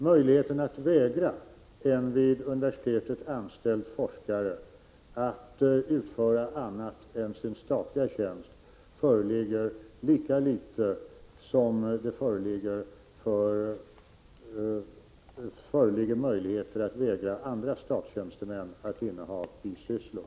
Möjligheten att vägra en vid universitetet anställd forskare att utföra annat än sin statliga tjänst föreligger lika litet som det föreligger möjligheter att vägra andra statstjänstemän att inneha bisysslor.